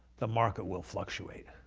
the market will fluctuate.